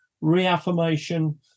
reaffirmation